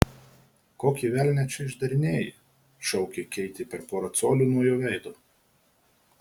kokį velnią čia išdarinėji šaukė keitė per porą colių nuo jo veido